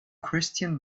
christian